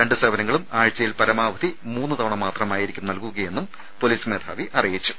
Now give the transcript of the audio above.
രണ്ട് സേവനങ്ങളും ആഴ്ചയിൽ പരമാവധി മൂന്ന് തവണ മാത്രമായിരിക്കും നൽകുകയെന്ന് പൊലീസ് മേധാവി അറിയിച്ചു